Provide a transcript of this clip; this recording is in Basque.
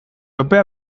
epea